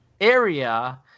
area